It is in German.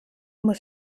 muss